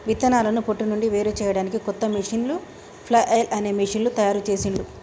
విత్తనాలను పొట్టు నుండి వేరుచేయడానికి కొత్త మెషీను ఫ్లఐల్ అనే మెషీను తయారుచేసిండ్లు